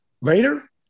later